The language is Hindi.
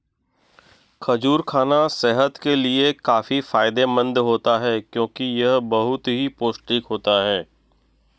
खजूर खाना सेहत के लिए काफी फायदेमंद होता है क्योंकि यह बहुत ही पौष्टिक होता है